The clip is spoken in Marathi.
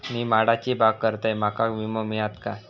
मी माडाची बाग करतंय माका विमो मिळात काय?